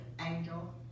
angel